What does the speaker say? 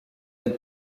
aide